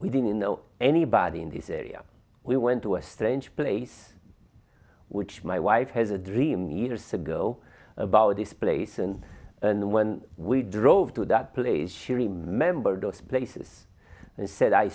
we didn't know anybody in this area we went to a strange place which my wife has a dream years ago about this place and and when we drove to that place she remembered those places and